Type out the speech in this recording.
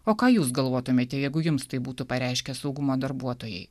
o ką jūs galvotumėte jeigu jums tai būtų pareiškę saugumo darbuotojai